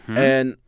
and,